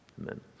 Amen